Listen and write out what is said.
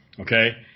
okay